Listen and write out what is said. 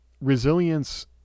resilience